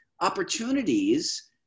opportunities